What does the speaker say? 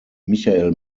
michael